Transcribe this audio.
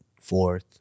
fourth